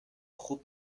خوب